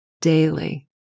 daily